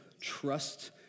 trust